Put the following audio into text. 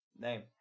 name